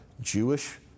Jewish